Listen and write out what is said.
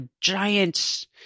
giant